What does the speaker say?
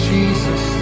Jesus